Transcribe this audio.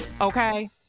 Okay